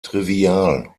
trivial